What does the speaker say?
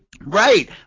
Right